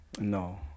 No